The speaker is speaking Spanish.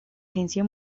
agencia